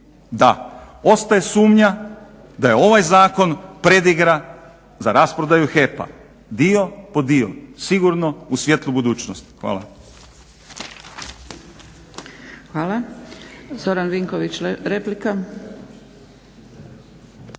Ostaje sumnja da je ovaj zakon predigra za rasprodaju HEP-a, dio po dio, sigurno u svijetlu budućnost. Hvala.